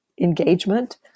engagement